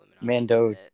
Mando